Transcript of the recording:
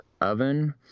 oven